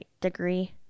degree